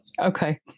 Okay